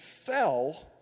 fell